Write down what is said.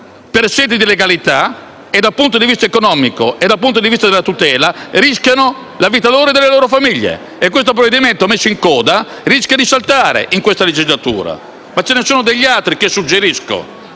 per scelte di legalità e dal punto di vista economico e della tutela rischiano la vita loro e delle loro famiglie. Questo provvedimento, messo in coda rischia di saltare in questa legislatura. Ce ne sono però altri che suggerisco,